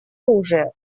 оружия